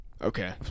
Okay